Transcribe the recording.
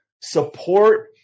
support